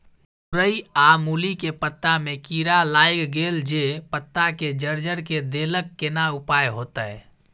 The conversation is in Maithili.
मूरई आ मूली के पत्ता में कीरा लाईग गेल जे पत्ता के जर्जर के देलक केना उपाय होतय?